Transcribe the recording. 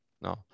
No